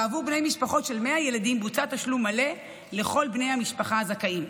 ועבור בני משפחות של 100 ילדים בוצע תשלום מלא לכל בני המשפחה הזכאים.